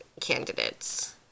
candidates